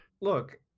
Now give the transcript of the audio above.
Look